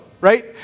Right